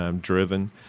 driven